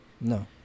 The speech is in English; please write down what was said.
No